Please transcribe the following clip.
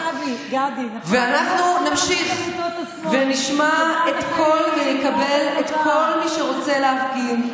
ואנחנו נמשיך ונשמע ונקבל את כל מי שרוצה להפגין,